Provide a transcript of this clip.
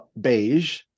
beige